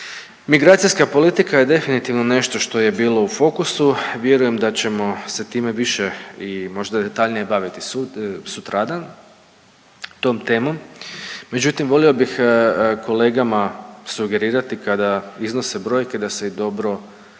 Migracijska politika je definitivno nešto što je bilo u fokusu, vjerujem da ćemo se time više i možda detaljnije baviti sutra, sutradan, tom temom. Međutim, volio bih kolegama sugerirati, kada iznose brojke i da se dobro konzultiraju